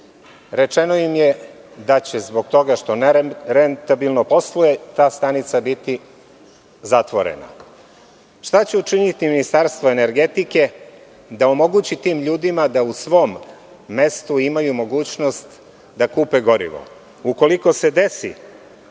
rečeno im je da će zbog toga što nerentabilno posluje, ta stanica biti zatvorena. Šta će učiniti Ministarstvo energetike da omogući tim ljudima da u svom mestu imaju mogućnost da kupe gorivo? Ukoliko se desi